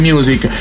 Music